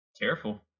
Careful